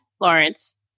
Lawrence